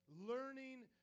Learning